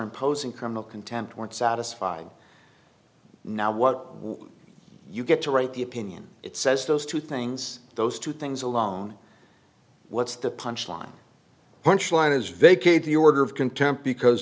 imposing come the contempt weren't satisfied now what you get to write the opinion it says those two things those two things alone what's the punch line punch line is vacate the order of contempt because